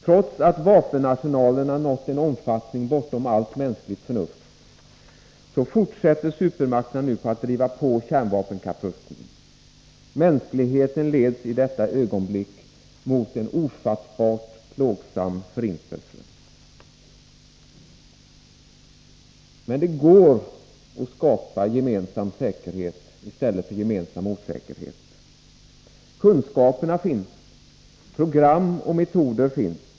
Trots att vapenarsenalerna nått en omfattning bortom allt mänskligt förnuft, så fortsätter supermakterna nu att driva på kärnvapenkapprustningen. Mänskligheten leds i detta ögonblick mot en ofattbart plågsam förintelse. Men det går att skapa gemensam säkerhet i stället för gemensam osäkerhet. Kunskaperna finns, program och metoder finns.